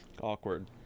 awkward